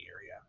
area